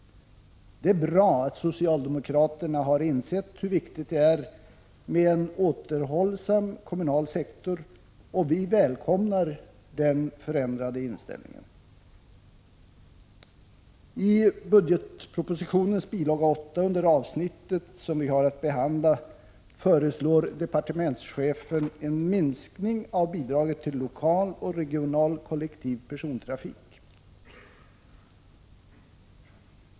Det är bra att socialdemokraterna har insett hur viktigt det är med en återhållsam kommunal sektor, och vi välkomnar den förändrade inställningen. I budgetpropositionens bil. 8 under det avsnitt som vi har att behandla föreslår departementschefen en minskning av bidraget till lokal och regional kollektiv persontrafik.